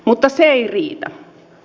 mutta se ei riitä